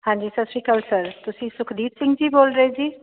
ਹਾਂਜੀ ਸਤਿ ਸ਼੍ਰੀ ਅਕਾਲ ਸਰ ਤੁਸੀਂ ਸੁਖਦੀਪ ਸਿੰਘ ਜੀ ਬੋਲ ਰਹੇ ਜੀ